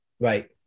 Right